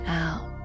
out